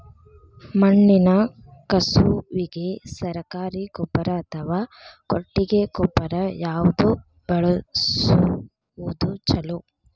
ಮಣ್ಣಿನ ಕಸುವಿಗೆ ಸರಕಾರಿ ಗೊಬ್ಬರ ಅಥವಾ ಕೊಟ್ಟಿಗೆ ಗೊಬ್ಬರ ಯಾವ್ದು ಬಳಸುವುದು ಛಲೋ?